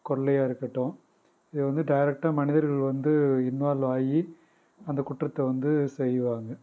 கொள்ளையாக இருக்கட்டும் இது வந்து டேரெக்ட்டாக மனிதர்கள் வந்து இன்வால்வ் ஆகி அந்த குற்றத்தை வந்து செய்வாங்க